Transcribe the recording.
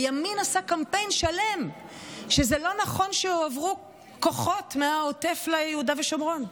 הימין עשה קמפיין שלם שזה לא נכון שהועברו כוחות מהעוטף ליהודה ושומרון.